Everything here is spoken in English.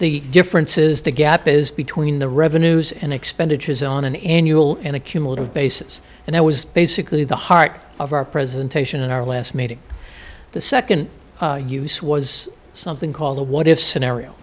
the difference is the gap is between the revenues and expenditures on an annual and a cumulative basis and that was basically the heart of our presentation in our last meeting the second use was something called the what if scenario